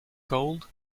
gold